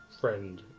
friend